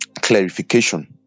clarification